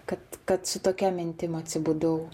kad kad su tokia mintim atsibudau